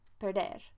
perder